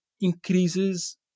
increases